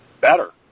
better